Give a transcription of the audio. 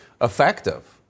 effective